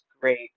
great